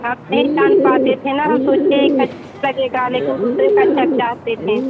हम नहीं जान पाते थे ना हम सोचते यही लगेगा लेकिन दूसरे कक्षा के चाहते थे